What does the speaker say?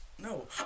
No